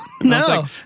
no